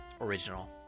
original